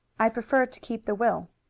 i prefer to keep the will,